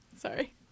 Sorry